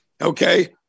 okay